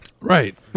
Right